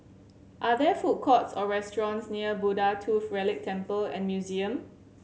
are there food courts or restaurants near Buddha Tooth Relic Temple and Museum